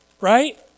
right